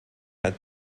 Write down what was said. had